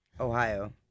Ohio